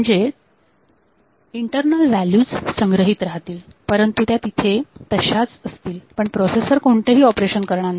म्हणजे internal values संग्रहित राहतील परंतु त्या इथे तशाच असतील पण प्रोसेसर कोणतेही ऑपरेशन करणार नाही